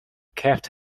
kept